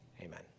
amen